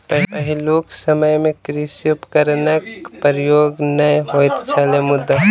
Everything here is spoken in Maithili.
पहिलुक समय मे कृषि उपकरणक प्रयोग नै होइत छलै मुदा